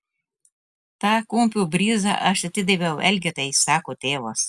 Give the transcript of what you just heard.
tą kumpio bryzą aš atidaviau elgetai sako tėvas